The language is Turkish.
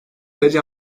derece